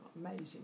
amazing